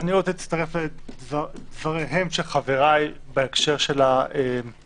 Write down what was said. אני רוצה להצטרף לדברים של חבריי בהקשר להגבלות